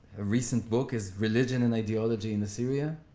ah recent book is religion and ideology in assyria.